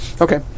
Okay